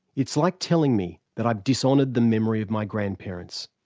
it's like telling me that i've dishonoured the memory of my grandparents.